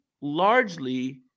largely –